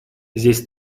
здесь